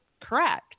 correct